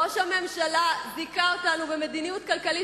ראש הממשלה זיכה אותנו במדיניות כלכלית